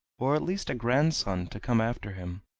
or at least a grandson, to come after him,